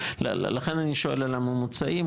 לכן אני שואל על הממוצעים,